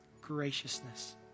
graciousness